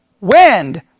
Wind